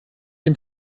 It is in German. dem